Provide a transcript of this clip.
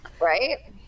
Right